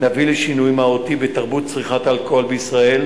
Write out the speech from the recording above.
נביא לשינוי מהותי בתרבות צריכת האלכוהול בישראל,